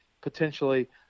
potentially